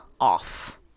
off